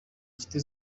nshuti